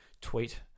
tweet